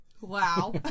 Wow